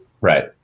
Right